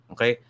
Okay